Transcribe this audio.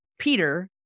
Peter